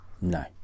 No